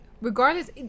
regardless